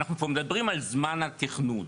אנחנו פה מדברים על זמן התכנון.